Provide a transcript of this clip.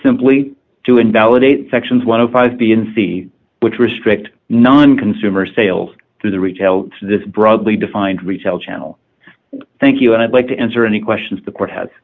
simply to invalidate sections one of five b and c which restrict non consumer sales to the retail this broadly defined retail channel thank you and i'd like to answer any questions the court has